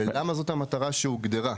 ולמה זו המטרה שהוגדרה.